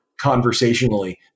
conversationally